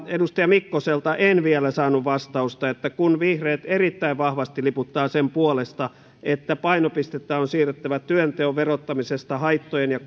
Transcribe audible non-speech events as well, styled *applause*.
edustaja mikkoselta en vielä saanut vastausta kun vihreät erittäin vahvasti liputtavat sen puolesta että painopistettä on siirrettävä työnteon verottamisesta haittojen ja *unintelligible*